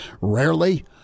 Rarely